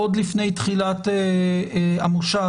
עוד לפני תחילת המושב,